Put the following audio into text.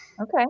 Okay